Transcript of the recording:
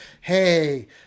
hey